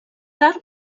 tard